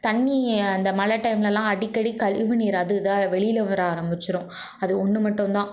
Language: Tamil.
தண்ணி அந்த மழை டைம்லெலாம் அடிக்கடி கழிவு நீராக அது இதாக வெளியில் வர ஆரம்பிச்சுடும் அது ஒன்று மட்டும் தான்